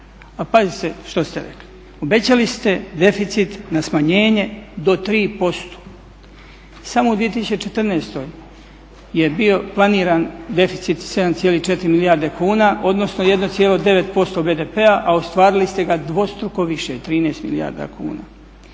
a pazite što ste rekli. Obećali ste deficit na smanjenje do 3%. Samo u 2014.je bio planiran deficit 7,4 milijarde kuna odnosno 1,9% BDP-a, a ostvarili ste ga dvostruko više 13 milijarda kuna.